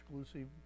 exclusive